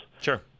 Sure